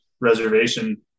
reservation